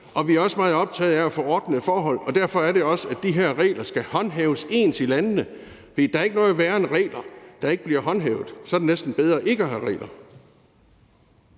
og vi er også meget optaget af at få ordnede forhold, og derfor er det også, at de her regler skal håndhæves ens i landene, for der er ikke noget værre end regler, der ikke bliver håndhævet. Så er det næsten bedre ikke at have regler.